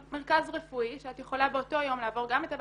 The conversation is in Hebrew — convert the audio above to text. מרכז רפואי שאת יכולה באותו יום לעבור גם את הוועדה,